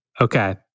Okay